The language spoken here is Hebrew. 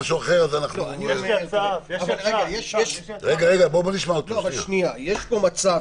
יש פה מצב